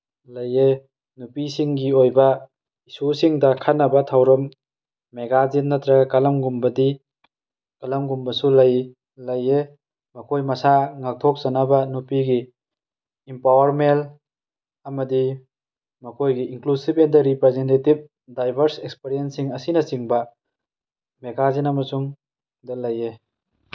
ꯂꯩꯑꯦ ꯅꯨꯄꯤꯁꯤꯡꯒꯤ ꯑꯣꯏꯕ ꯏꯁꯨꯁꯤꯡꯗ ꯈꯟꯅꯕ ꯊꯧꯔꯝ ꯃꯦꯒꯥꯖꯤꯟ ꯅꯠꯇ꯭ꯔꯒ ꯀꯂꯝꯒꯨꯝꯕꯗꯤ ꯀꯂꯝꯒꯨꯝꯕꯁꯨ ꯂꯩ ꯂꯩꯑꯦ ꯃꯈꯣꯏ ꯃꯁꯥ ꯉꯥꯛꯊꯣꯛꯆꯅꯕ ꯅꯨꯄꯤꯒꯤ ꯏꯝꯄꯋꯥꯔꯃꯦꯜ ꯑꯃꯗꯤ ꯃꯈꯣꯏꯒꯤ inclusive at the representative diverse experiences ꯑꯁꯤꯅꯆꯤꯡꯕ ꯃꯦꯒꯥꯖꯤꯟ ꯑꯃꯁꯨꯡ ꯗ ꯂꯩꯑꯦ